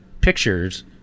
pictures